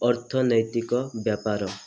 ଅର୍ଥନୈତିକ ବ୍ୟାପାର